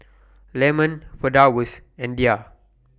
Leman Firdaus and Dhia